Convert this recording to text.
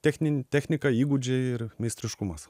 techni technika įgūdžiai ir meistriškumas